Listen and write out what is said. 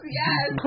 yes